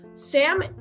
Sam